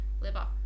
liver